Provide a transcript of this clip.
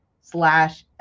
slash